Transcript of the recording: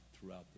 throughout